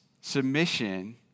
submission